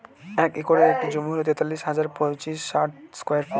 এক একরের একটি জমি হল তেতাল্লিশ হাজার পাঁচশ ষাট স্কয়ার ফিট